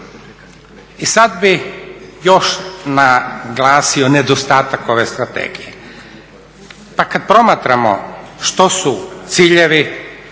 I sad bi još naglasio nedostatak ove strategije. Pa kad promatramo što su ciljevi